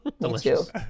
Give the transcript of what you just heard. Delicious